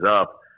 up